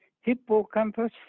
hippocampus